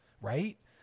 right